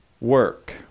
work